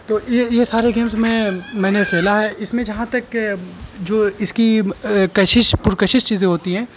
تو یہ یہ سارے گیمس میں میں نے کھیلا ہے اس میں جہاں تک جو اس کی کشش پر کشش چیزیں ہوتی ہیں